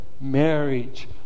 marriage